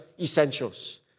essentials